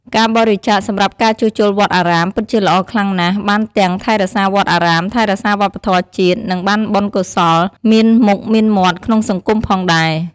ការបរិច្ចាគសម្រាប់ការជួសជុលវត្តអារាម ពិតជាល្អខ្លាំងណាស់ បានទាំង ថែរក្សាវត្តអារាម ថែរក្សាវប្បធម៌ជាតិ និងបានបុណ្យកុសល មានមុខមានមាត់ក្នុងសង្គមផងដែរ។